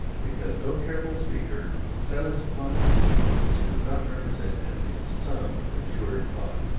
because no careful speaker settles upon a theme which does not represent at least some matured thought.